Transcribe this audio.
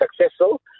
successful